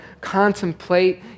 contemplate